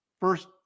first